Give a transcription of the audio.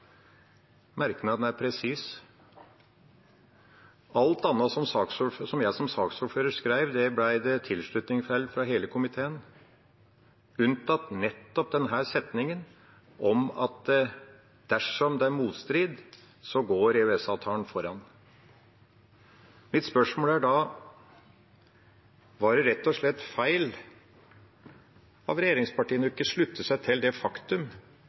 Merknaden er presis. Alt annet som jeg som saksordfører skrev, ble det tilslutning til fra hele komiteen, unntatt nettopp denne setningen om at dersom det er motstrid, går EØS-avtalen foran. Mitt spørsmål er da: Var det rett og slett feil av regjeringspartiene å ikke slutte seg til det faktum,